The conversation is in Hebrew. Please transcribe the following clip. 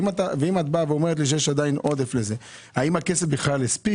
אם את אומרת שיש עודף לזה, האם העודף יספיק?